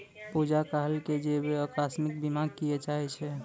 पूजा कहलकै जे वैं अकास्मिक बीमा लिये चाहै छै